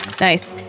Nice